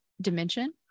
dimension